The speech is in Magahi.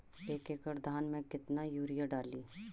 एक एकड़ धान मे कतना यूरिया डाली?